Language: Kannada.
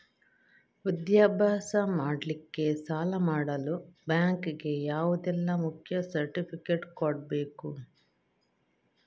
ವಿದ್ಯಾಭ್ಯಾಸ ಮಾಡ್ಲಿಕ್ಕೆ ಸಾಲ ಮಾಡಲು ಬ್ಯಾಂಕ್ ಗೆ ಯಾವುದೆಲ್ಲ ಮುಖ್ಯ ಸರ್ಟಿಫಿಕೇಟ್ ಕೊಡ್ಬೇಕು?